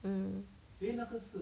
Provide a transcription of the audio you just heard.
mm